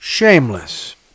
Shameless